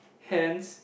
hands